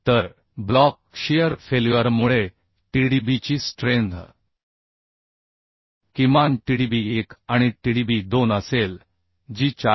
तर block shear फेल्युअरमुळे tdbची स्ट्रेंथ किमान tdb 1 आणि tdb 2 असेल जी 427